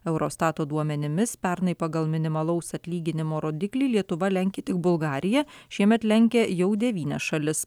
eurostato duomenimis pernai pagal minimalaus atlyginimo rodiklį lietuva lenkia tik bulgariją šiemet lenkia jau devynias šalis